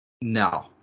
No